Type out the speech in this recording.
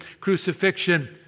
Crucifixion